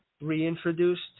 reintroduced